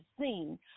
seen